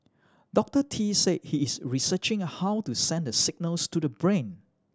Doctor Tee said he is researching how to send the signals to the brain